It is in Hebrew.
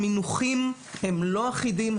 המינוחים הם לא אחידים,